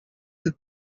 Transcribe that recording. that